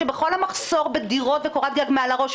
שבכל המחסור בדירות וקורת גג מעל הראש,